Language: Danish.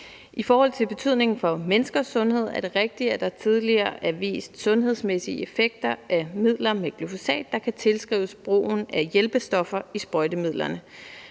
I forhold til betydningen for menneskers sundhed er det rigtigt, at der tidligere er vist sundhedsmæssige effekter af midler med glyfosat, der kan tilskrives brugen af hjælpestoffer i sprøjtemidlerne.